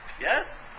Yes